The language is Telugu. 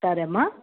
సరే అమ్మ